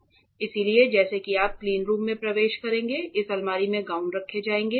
इसलिए जैसे ही आप क्लीनरूम में प्रवेश करेंगे इस अलमारी में गाउन रखे जाएंगे